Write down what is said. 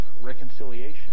reconciliation